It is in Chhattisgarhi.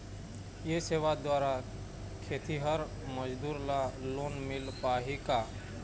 ये सेवा द्वारा खेतीहर मजदूर ला लोन मिल पाही का?